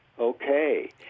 Okay